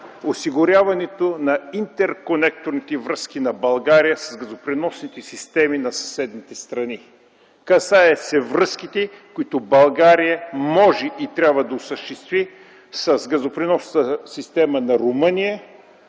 осигуряването на интерконекторните връзки на България с газопреносните системи на съседните страни. Касае се до връзките, които България може и трябва да осъществи с газопреносната система на Румъния,